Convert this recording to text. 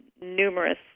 numerous